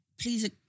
please